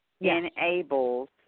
enables